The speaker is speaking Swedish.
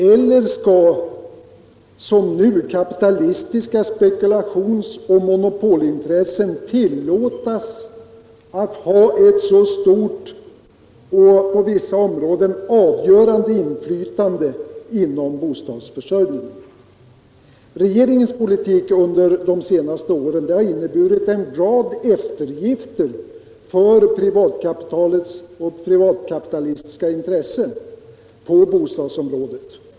Eller skall, som nu, kapitalistiska spekulationsoch monopolintressen tillåtas att ha ett så stort och på vissa områden avgörande inflytande inom bostadsförsörjningen? Regeringens politik under de senaste åren har inneburit en rad eftergifter för privatkapitalet och kapitalistiska intressen på bostadsområdet.